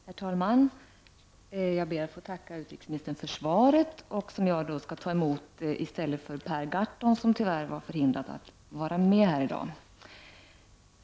Herr talman! Jag ber att få tacka utrikesministern för svaret — som jag skall ta emot i stället för Per Gahrton som tyvärr är förhindrad att vara med i dag.